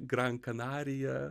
gran kanarija